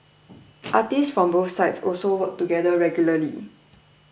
artists from both sides also work together regularly